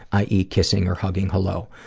i. e. kissing or hugging hello.